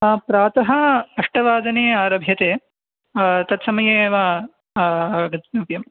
प्रातः अष्टवादने आरभ्यते तत्समये एव आगन्तव्यं